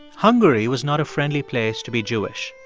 hungary was not a friendly place to be jewish.